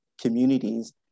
communities